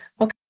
Okay